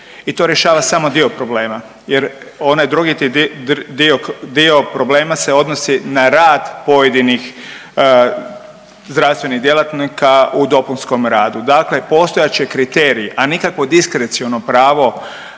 i to rješava samo dio problema, jer onaj drugi dio problema se odnosi na rad pojedinih zdravstvenih djelatnika u dopunskom radu. Dakle, postojat će kriteriji a nikakvo diskreciono pravo